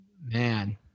man